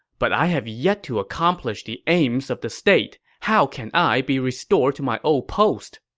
but i have yet to accomplish the aims of the state. how can i be restored to my old post?